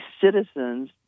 citizens